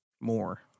More